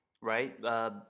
right